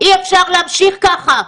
אי אפשר להמשיך ככה.